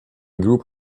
group